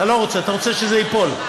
אתה לא רוצה, אתה רוצה שזה ייפול.